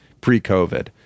pre-covid